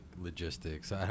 logistics